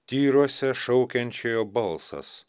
tyruose šaukiančiojo balsas